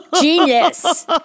Genius